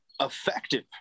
Effective